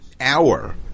hour